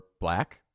black